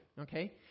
okay